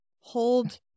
hold